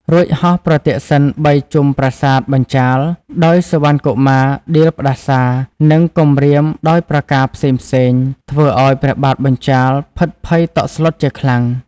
រួចហោះប្រទក្សិណបីជុំប្រាសាទបញ្ចាល៍ ដោយសុវណ្ណកុមារដៀលផ្តាសារ និងគំរាមដោយប្រការផ្សេងៗ ធ្វើឱ្យព្រះបាទបញ្ចាល៍ភិតភ័យតក់ស្លុតជាខ្លាំង។